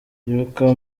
yuko